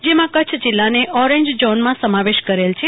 જેમાં કચ્છ જિલ્લાને ઓરેન્જ ઝોનમાં સમાવેશ કરેલ છે